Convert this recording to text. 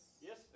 Yes